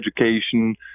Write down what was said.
education